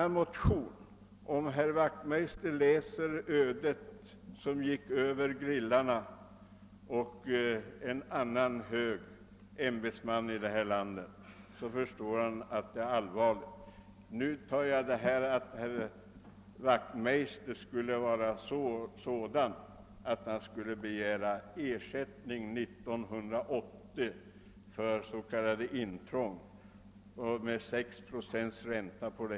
Jag tycker att herr Wachtmeister skall läsa om det öde som drabbade Grillarna och en annan hög ämbetsman i vårt land. Jag har uppfattat herr Wachtmeister som så hederlig att jag inte tror att han år 1980 kommer att begära ersättning för s.k. intrång med 6 procents ränta.